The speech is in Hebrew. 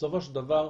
בסופו של דבר,